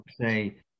say